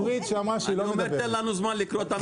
פורום קהלת ואני באותו צד.